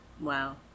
Wow